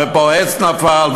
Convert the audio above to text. ופה עץ נפל,